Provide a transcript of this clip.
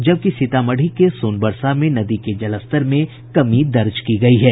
जबकि सीतामढ़ी के सोनबरसा में नदी के जलस्तर में कमी दर्ज की गयी है